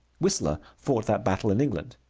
whistler fought that battle in england.